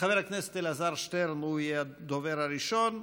חבר הכנסת אלעזר שטרן יהיה הדובר הראשון.